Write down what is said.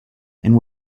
and